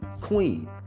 queen